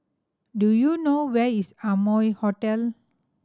do you know where is Amoy Hotel